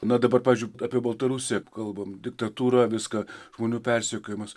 na dabar pavyzdžiui apie baltarusiją kalbam diktatūra viską žmonių persekiojimas